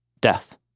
death